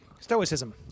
Stoicism